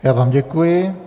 Já vám děkuji.